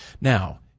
Now